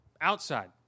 outside